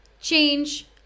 change